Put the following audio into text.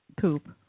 poop